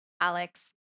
Alex